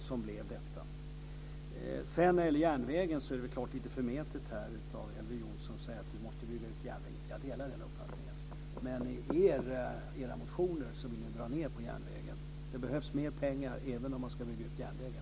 Slutligen är det väl helt klart lite förmätet av Elver Jonsson att säga att vi måste bygga ut järnvägen. Jag delar den uppfattningen men enligt era motioner vill ni ju dra ned på järnvägen - det behövs mer pengar, även om man ska bygga ut järnvägen.